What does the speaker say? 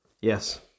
Yes